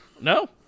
no